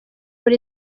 muri